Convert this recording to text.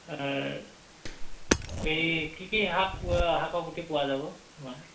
এই কি কি শাক শাক শাকৰ গুটি পোৱা যাব তোমাৰ